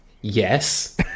Yes